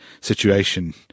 situation